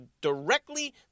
directly